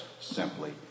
simply